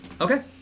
Okay